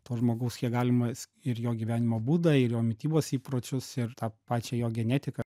to žmogaus kiek galimas ir jo gyvenimo būdą ir jo mitybos įpročius ir tą pačią jo genetiką